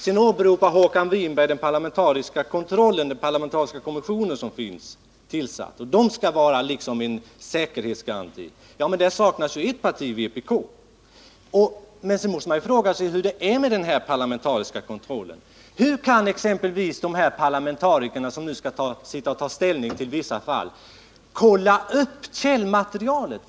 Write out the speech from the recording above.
Sedan åberopar Håkan Winberg den parlamentariska kommission som finns tillsatt och hävdar att den skulle utgöra något slags garanti. Men där saknas ett parti, vpk. Och hur är det med den parlamentariska kontrollen? Kan de här parlamentarikerna som skall ta ställning till vissa fall kolla upp källmaterialet?